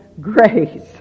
grace